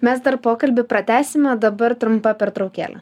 mes dar pokalbį pratęsime o dabar trumpa pertraukėlė